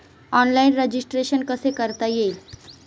Online registration कसे करता येईल?